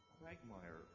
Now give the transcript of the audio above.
quagmire